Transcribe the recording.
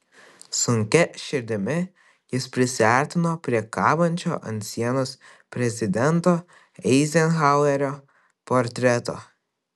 sunkia širdimi jis prisiartino prie kabančio ant sienos prezidento eizenhauerio portreto